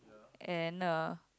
and a